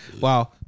Wow